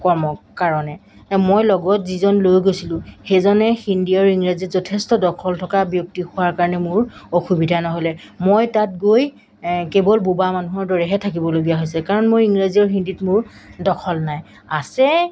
কৰ্ম কাৰণে মই লগত যিজন লৈ গৈছিলোঁ সেইজনে হিন্দী আৰু ইংৰাজীত যথেষ্ট দখল থকা ব্যক্তি হোৱাৰ কাৰণে মোৰ অসুবিধা নহ'লে মই তাত গৈ কেৱল বোবা মানুহৰ দৰেহে থাকিবলগীয়া হৈছে কাৰণ মই ইংৰাজী আৰু হিন্দীত মোৰ দখল নাই আছে